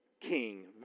king